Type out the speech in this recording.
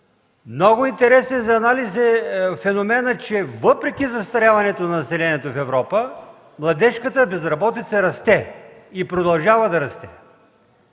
Много интересен за анализ е феноменът, че въпреки застаряването на населението в Европа младежката безработица расте и продължава да расте.